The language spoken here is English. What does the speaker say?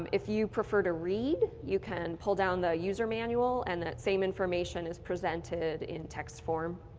um if you prefer to read, you can pull down the user manual and that same information is presented in text form.